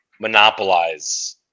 monopolize